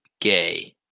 gay